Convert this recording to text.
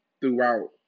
throughout